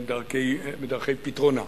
בדרכי פתרונה.